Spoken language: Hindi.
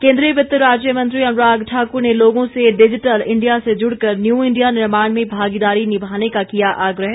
केंद्रीय वित्त राज्य मंत्री अनुराग ठाकुर ने लोगों से डिजिटल इंडिया से जुड़ कर न्यू इंडिया निर्माण में भागीदारी निभाने का किया आग्रह